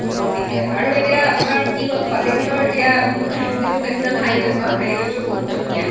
আৰু এতিয়া আপোনাৰ কি হ'ল পাছিঘাটৰ এতিয়া যিটো নেচনেল হাইৱে হয় হাইৱেটো বহুত ধুনীয়া